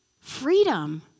freedom